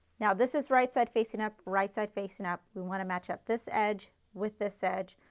now this is right side facing up, right side facing up. we want to match up this edge with this edge.